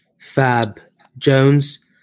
Fab-Jones